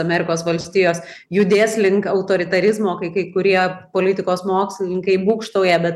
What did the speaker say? amerikos valstijos judės link autoritarizmo kai kai kurie politikos mokslininkai būgštauja bet